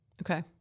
Okay